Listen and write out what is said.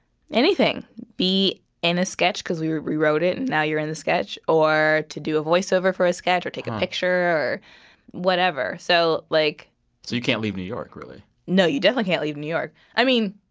anything be in a sketch because we rewrote it and now you're in the sketch or to do a voice-over for a sketch or take a picture or whatever. so, like. so you can't leave new york, really no. you definitely can't leave new york i mean,